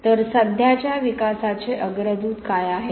तर सध्याच्या विकासाचे अग्रदूत काय आहेत